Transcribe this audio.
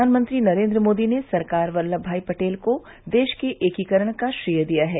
प्रधानमंत्री नरेन्द्र मोदी ने सरदार वल्लभभाई पटेल को देश के एकीकरण का श्रेय दिया है